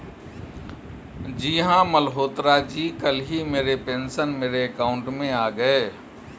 जी हां मल्होत्रा जी कल ही मेरे पेंशन मेरे अकाउंट में आ गए